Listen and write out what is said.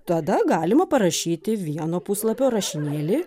tada galima parašyti vieno puslapio rašinėlį